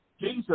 Jesus